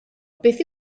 beth